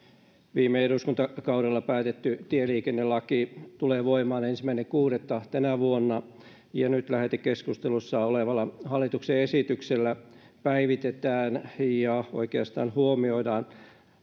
viime eduskuntakaudella päätetty tieliikennelaki tulee voimaan ensimmäinen kuudetta tänä vuonna ja nyt lähetekeskustelussa olevalla hallituksen esityksellä päivitetään ja oikeastaan huomioidaan